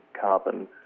carbon